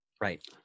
right